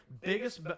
Biggest